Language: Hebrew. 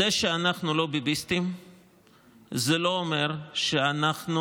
זה שאנחנו לא ביביסטים זה לא אומר שאנחנו